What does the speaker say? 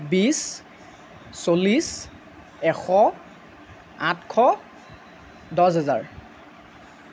বিশ চল্লিছ এশ আঠশ দহ হেজাৰ